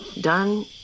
Done